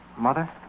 Mother